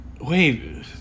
Wait